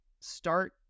start